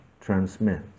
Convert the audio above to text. transmits